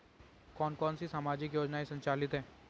कौन कौनसी सामाजिक योजनाएँ संचालित है?